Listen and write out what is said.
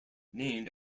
named